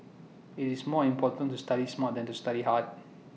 IT is more important to study smart than to study hard